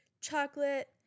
chocolate